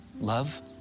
Love